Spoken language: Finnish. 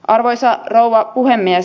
arvoisa rouva puhemies